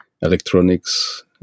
electronics